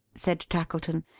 said tackleton.